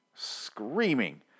screaming